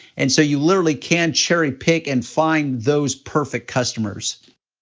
and so you literally can cherry pick and find those perfect customers.